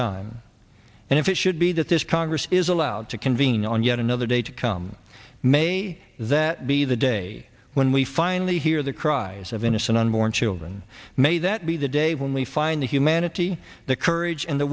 time and if it should be that this congress is allowed to convene on yet another day to come may that be the day when we finally hear the cries of innocent unborn children may that be the day when we find the humanity the courage and the